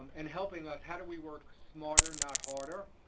um and helping us how do we work smarter, not harder,